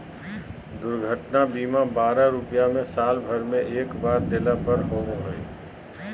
दुर्घटना बीमा बारह रुपया में साल भर में एक बार देला पर होबो हइ